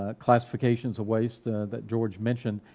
ah classifications of waste that george mentioned,